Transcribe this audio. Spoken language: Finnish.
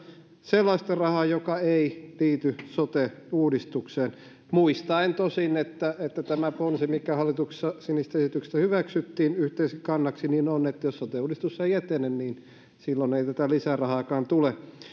sellaista rahaa joka ei liity sote uudistukseen muistaen tosin että että tämä ponsi mikä hallituksessa sinisten esityksestä hyväksyttiin yhteiseksi kannaksi on että jos sote uudistus ei etene niin silloin ei tätä lisärahaakaan tule